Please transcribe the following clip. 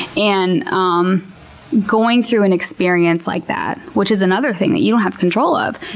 and um going through an experience like that which is another thing that you don't have control of,